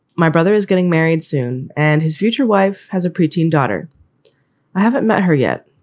my brother is getting married soon and his future wife has a pre-teen daughter. i haven't met her yet.